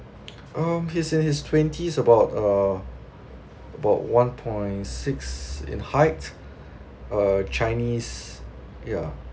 um he's in his twenties about err about one point six in height uh chinese ya